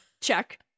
check